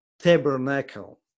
tabernacle